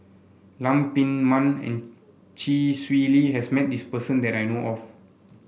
Lam Pin Min and Chee Swee Lee has met this person that I know of